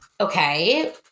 Okay